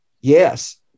yes